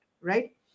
right